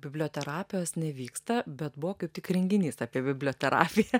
biblioterapijos nevyksta bet buvo kaip tik renginys apie biblioterapiją